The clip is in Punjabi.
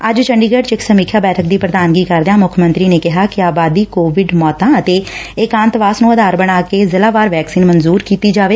ਅੱਜ ਚੰਡੀਗੜ ਚ ਇਕ ਸਮੀਖਿਆ ਬੈਠਕ ਦੀ ਪ੍ਰਧਾਨਗੀ ਕਰਦਿਆਂ ਮੁੱਖ ਮੰਤਰੀ ਨੇ ਕਿਹਾ ਕਿ ਆਬਾਦੀ ਕੋਵਿਡ ਮੌਤਾਂ ਅਤੇ ਏਕਾਂਤਵਾਸ ਨੂੰ ਸੰਘਤਾ ਨੂੰ ਆਧਾਰ ਬਣਾ ਜ਼ਿਲਾਵਾਰ ਵੈਕਸੀਨ ਮਨਜੁਰ ਕੀਤੀ ਜਾਵੇ